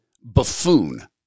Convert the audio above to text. buffoon